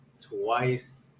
twice